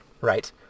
right